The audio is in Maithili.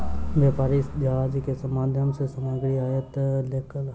व्यापारी जहाज के माध्यम सॅ सामग्री आयात केलक